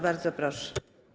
Bardzo proszę.